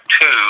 two